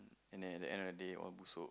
and then at the end of the day all busuk